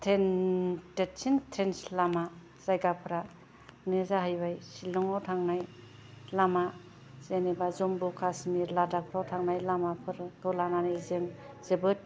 ट्रेनद देदसिन ट्रेनदस लामा जायगाफोरानो जाहैबाय सिलंआव थांनाय लामा जेनेबा जुम्मु कासमिर लाडाखफ्राव थांनाय लामाफोरखौ लानानै जों जोबोथ